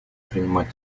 принимать